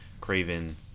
Craven